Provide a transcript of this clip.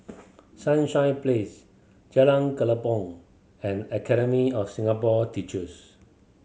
Sunshine Place Jalan Kelempong and Academy of Singapore Teachers